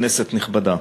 כנסת נכבדה,